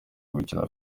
gukina